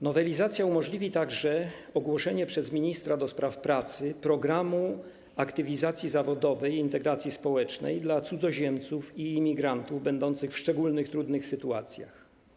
Nowelizacja umożliwi także ogłoszenie przez ministra do spraw pracy programu aktywizacji zawodowej i integracji społecznej dla cudzoziemców i imigrantów będących w szczególnych, trudnych sytuacjach.